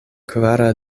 kvara